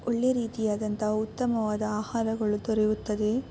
ಒಳ್ಳೆಯ ರೀತಿಯಾದಂಥ ಉತ್ತಮವಾದ ಆಹಾರಗಳು ದೊರೆಯುತ್ತದೆ